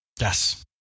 Yes